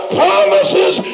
promises